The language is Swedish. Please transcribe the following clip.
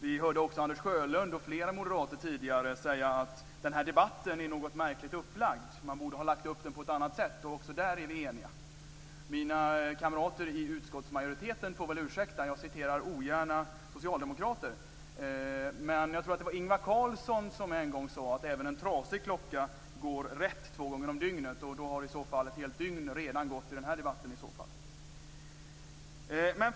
Vi hörde också Anders Sjölund och flera moderater tidigare säga att den här debatten är något märkligt upplagd och att man borde ha lagt upp den på ett annat sätt. Också där är vi eniga. Jag citerar ogärna socialdemokrater - mina kamrater i utskottsmajoriteten får ursäkta - men jag tror att det var Ingvar Carlsson som en gång sade att även en trasig klocka går rätt två gånger om dygnet. I så fall har ett helt dygn redan gått i den här debatten.